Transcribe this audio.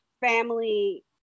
family